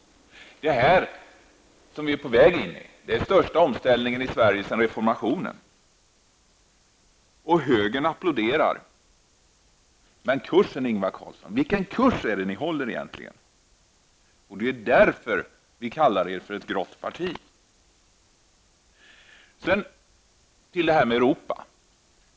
Det Sverige är på väg in i är den största omställningen sedan reformationen. Högern applåderar. Vilken kurs är det ni håller egentligen, Ingvar Carlsson? Det är på grund av det här som vi kallar er för ett grått parti. Sedan till Europafrågan.